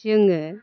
जोङो